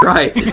Right